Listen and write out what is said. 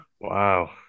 Wow